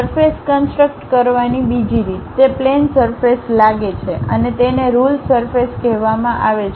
surface construct કરવાની બીજી રીત તે પ્લેન સરફેસ લાગે છે તેને રુલ સરફેસ કહેવામાં આવે છે